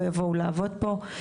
מן הסתם לא יבואו לעבוד פה,